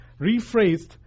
Rephrased